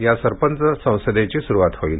या सरपंच संसदेची सुरूवात होईल